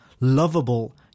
lovable